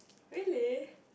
really